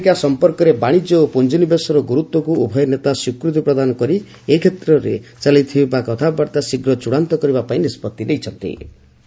Bharat America ସମ୍ପର୍କରେ ବାଣିଜ୍ୟ ଓ ପୁଞ୍ଜିନିବେଶର ଗ୍ରର୍ତ୍ୱକ୍ ଉଭୟ ନେତା ସ୍ୱୀକୃତିପ୍ରଦାନ କରି ଏ ସଂକ୍ରାନ୍ତରେ ଚାଲିଥିବା କଥାବାର୍ତ୍ତା ଶୀଘ୍ର ଚୂଡାନ୍ତ କରିବା ପାଇଁ ନିଷ୍ପଭି ନେଇଛନ୍ତି